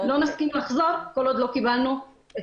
לא נסכים לחזור כל עוד לא קיבלנו את